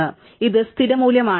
അതിനാൽ ഇത് സ്ഥിര മൂല്യമാണ്